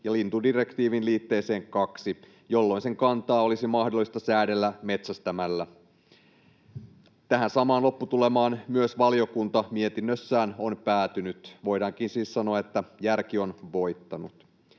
ja lintudirektiivin liitteeseen II, jolloin sen kantaa olisi mahdollista säädellä metsästämällä. Tähän samaan lopputulemaan myös valiokunta mietinnössään on päätynyt. Voidaankin siis sanoa, että järki on voittanut.